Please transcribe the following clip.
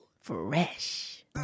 Fresh